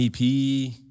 EP